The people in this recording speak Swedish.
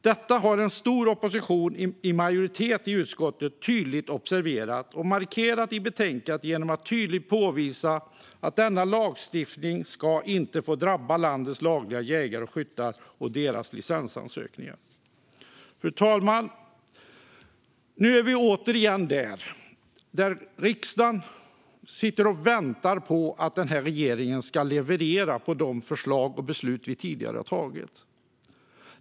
Detta har en stor opposition i majoritet observerat och tydligt markerat i betänkandet genom att framhålla att denna nya lagstiftning inte ska få drabba landets lagliga jägare och skyttar och deras licensansökningar. Fru talman! Återigen sitter riksdagen och väntar på att den här regeringen ska leverera de förslag och beslut vi tidigare tagit.